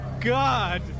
god